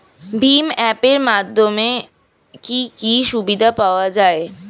ভিম app এর মাধ্যমে কি কি সুবিধা পাওয়া যায়?